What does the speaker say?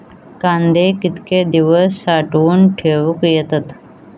कांदे कितके दिवस साठऊन ठेवक येतत?